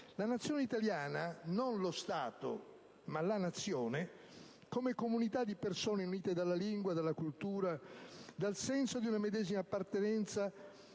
La Nazione italiana (non lo Stato, ma la Nazione), come comunità di persone unite dalla lingua, dalla cultura, dal senso di una medesima appartenenza,